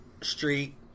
Street